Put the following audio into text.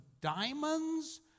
diamonds